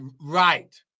Right